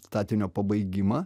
statinio pabaigimą